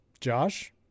Josh